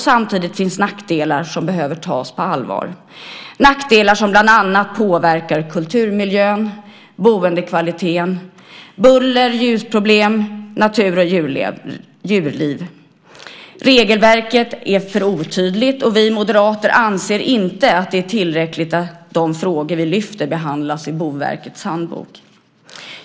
Samtidigt finns nackdelar som behöver tas på allvar, till exempel buller och ljusproblem, som bland annat påverkar kulturmiljön, boendekvaliteten, natur och djurliv. Regelverket är för otydligt, och vi moderater anser inte att det är tillräckligt att de frågor vi lyfter fram behandlas i Boverkets handbok.